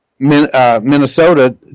minnesota